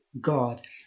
God